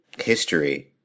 history